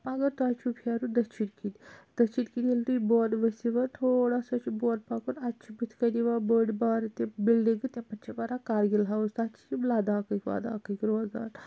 مگر تۄہہِ چھُو پھیرُن دٔچِھنۍ کنۍ دٔچھِنۍ کِنۍ ییٚلہِ تُہۍ بۄن ؤسِو تھوڑا سا چھُ بۄن پَکُن اَتہِ چھِ بٕتھہِ کنۍ یِوان بوٚڑ بارٕ تِم بِلڈِنٛگہٕ تِمَن چھِ تَتہِ وَنان کرگِل ہَوُس تَتہِ چھِ لداکھٕکۍ وَداکھٕکۍ روزان